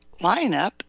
lineup